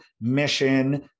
mission